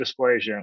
dysplasia